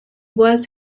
was